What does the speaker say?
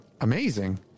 amazing